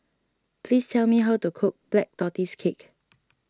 please tell me how to cook Black Tortoise Cake